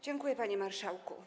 Dziękuję, panie marszałku.